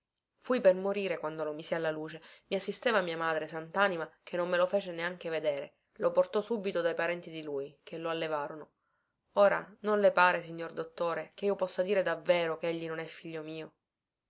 fui per morire quando lo misi alla luce i assisteva mia madre santanima che non me lo fece neanche vedere lo portò subito dai parenti di lui che lo allevarono ora non le pare signor dottore chio possa dire davvero chegli non è figlio mio